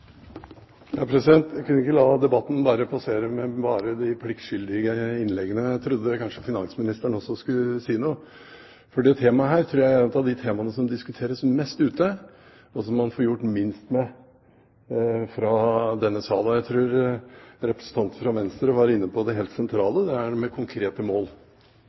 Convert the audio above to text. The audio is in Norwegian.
Jeg kunne ikke la debatten passere med bare de pliktskyldige innleggene. Jeg trodde kanskje finansministeren også skulle si noe, for dette temaet tror jeg er et av de temaene som diskuteres mest ute, og som man får gjort minst med fra denne sal. Jeg mener representanten fra Venstre var inne på det helt sentrale, dette med konkrete mål.